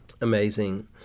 amazing